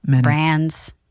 brands